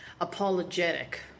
apologetic